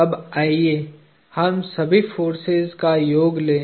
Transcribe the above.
अब आइए हम सभी फोर्सेज का योग लें